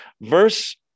Verse